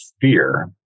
fear